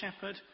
shepherd